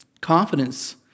confidence